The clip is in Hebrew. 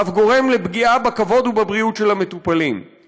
ואף גורם לפגיעה בכבוד ובבריאות של המטופלים.